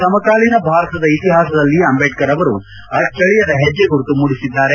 ಸಮಕಾಲೀನ ಭಾರತದ ಇತಿಹಾಸದಲ್ಲಿ ಅಂಬೇಡ್ತರ್ ಅವರು ಅಚ್ಚಳಿಯದ ಹೆಜ್ಜೆಗುರುತು ಮೂಡಿಸಿದ್ದಾರೆ